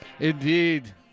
Indeed